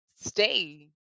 stay